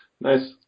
Nice